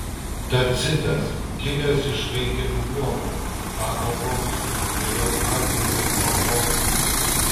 tacitas kilęs iš raitelių luomo tapo konsulu vėliau azijos prokonsulu